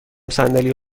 صندلی